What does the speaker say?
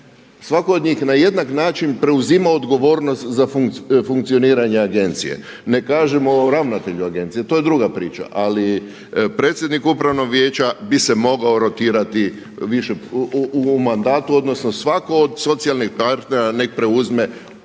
svaku od njih na jednak način preuzima odgovornost za funkcioniranje agencije. Ne kažem ovo ravnatelju agencije, to je druga priča. Ali predsjednik Upravnog vijeća bi se mogao rotirati u mandatu, odnosno svatko od socijalnih partnera nek' preuzme